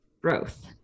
growth